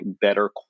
better